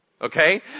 Okay